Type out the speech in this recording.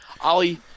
Ollie